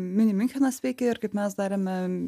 mini miunchenas veikia ir kaip mes darėme